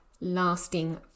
lasting